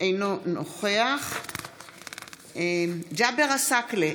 אינו נוכח ג'אבר עסאקלה,